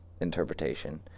interpretation